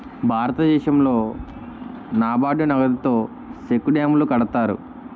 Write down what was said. భారతదేశంలో నాబార్డు నగదుతో సెక్కు డ్యాములు కడతారు